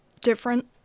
different